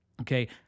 Okay